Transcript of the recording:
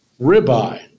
ribeye